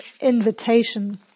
invitation